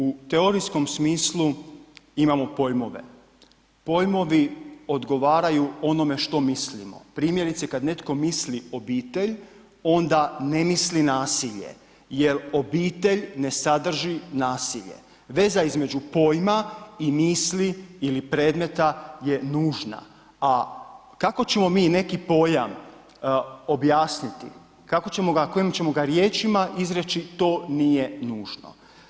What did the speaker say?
U teorijskom smislu imamo pojmove, pojmovi odgovaraju onome što mislimo, primjerice kad netko misli obitelj onda ne misli nasilje jel obitelj ne sadrži nasilje, veza između pojma i misli ili predmeta je nužna, a kako ćemo mi neki pojam objasniti, kako ćemo ga, kojim ćemo ga riječima izreći, to nije nužno.